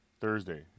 Thursday